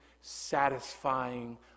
satisfying